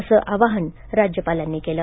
असं आवाहन राज्यपालांनी केलं